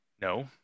No